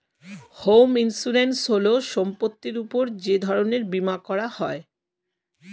home insurance হল সম্পত্তির উপর যে ধরনের বীমা করা হয়